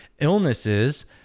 illnesses